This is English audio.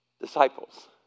disciples